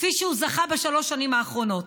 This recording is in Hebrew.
כפי שהוא זכה בשלוש השנים האחרונות.